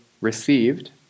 received